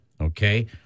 okay